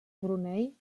brunei